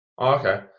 Okay